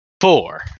four